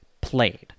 played